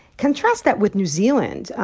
contrast that with new zealand,